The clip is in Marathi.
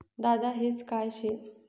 दादा हेज काय शे?